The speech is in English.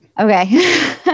Okay